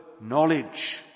knowledge